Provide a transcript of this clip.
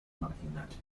marginales